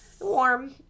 warm